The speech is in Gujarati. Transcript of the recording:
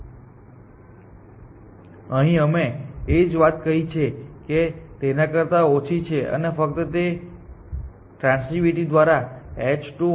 તે હંમેશાં કહી શકાય છે તેથી આ આખા પ્રયોગ નો મુદ્દો એ છે કે આપણે તેને g2 થી બદલી શકીએ છીએ